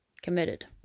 Committed